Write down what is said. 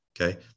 okay